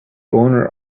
owner